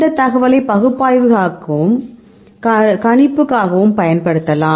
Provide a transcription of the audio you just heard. இந்த தகவலை பகுப்பாய்வுக்காகவும் கணிப்புக்காகவும் பயன்படுத்தலாம்